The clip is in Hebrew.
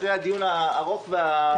אחרי כל הדיון הארוך פה,